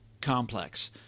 complex